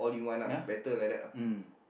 yeah mm